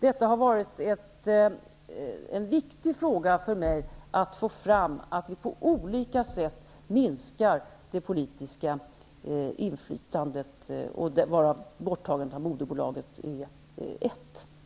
Det har varit viktigt för mig att få fram att vi på olika sätt bör minska det politiska inflytandet, och borttagandet av moderbolaget är då ett sätt.